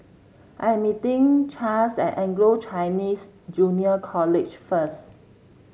I am meeting Chas at Anglo Chinese Junior College first